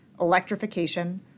electrification